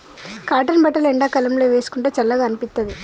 cotton బట్టలు ఎండాకాలం లో వేసుకుంటే చల్లగా అనిపిత్తది